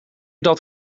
dat